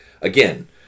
Again